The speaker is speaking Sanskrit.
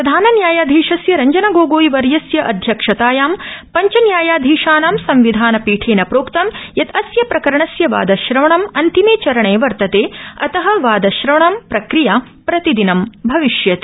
प्रधानन्यायाधीशस्य रंजनगोगोईवर्यस्य अध्यक्षतायां पंच न्यायाधीशानां संविधान पीठेन प्रोक्तम यत अस्य प्रकरणस्य वादश्रवणं अंतिमे चरणे वर्तते अतः वादश्रवणं प्रक्रिया प्रतिदिनं भविष्यति